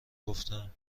گفتم